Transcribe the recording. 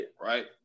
right